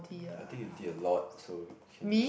I think you did a lot so can just